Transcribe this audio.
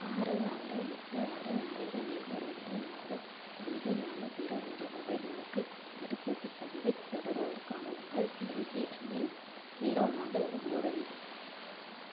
ஆறு ஆறு எட்டு ஆறு ஒம்பது ஏழு ரெண்டு நாலு அஞ்சு நாலு ஜீரோ என்ற மொபைல் எண்ணுக்கு தடுப்பூசிப் பதிவைத் தொடர்வதற்கான உங்கள் எம்பிஐஎன் ஜீரோ நாலு ஒம்பது அஞ்சு